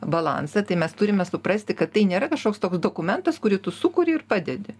balansą tai mes turime suprasti kad tai nėra kažkoks toks dokumentas kurį tu sukuri ir padedi